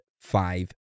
five